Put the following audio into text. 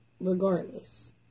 Regardless